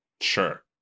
Sure